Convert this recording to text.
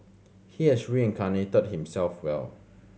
he has reincarnated himself well